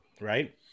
right